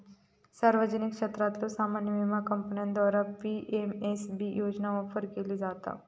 सार्वजनिक क्षेत्रातल्यो सामान्य विमा कंपन्यांद्वारा पी.एम.एस.बी योजना ऑफर केली जाता